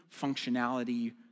functionality